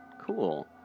Cool